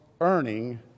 earning